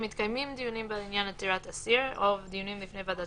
אם מתקיימים דיונים בעניין עתירת אסיר או דיונים בפני ועדת